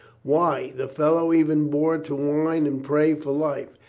why, the fellow even bore to whine and pray for life.